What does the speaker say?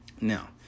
Now